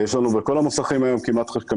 יש לנו בכ-500 מוסכים חונכים.